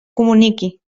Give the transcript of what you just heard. comuniqui